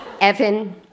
Evan